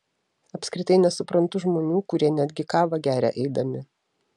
apskritai nesuprantu žmonių kurie netgi kavą geria eidami